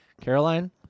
Caroline